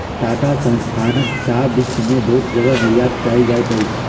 टाटा संस्थानक चाह विश्व में बहुत जगह निर्यात कयल जाइत अछि